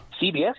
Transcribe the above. CBS